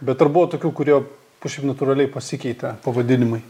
bet ar buvo tokių kurie kažkaip natūraliai pasikeitė pavadinimai